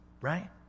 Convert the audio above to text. Right